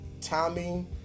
Tommy